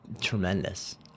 tremendous